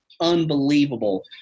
unbelievable